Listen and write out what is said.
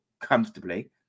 comfortably